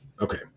okay